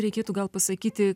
reikėtų gal pasakyti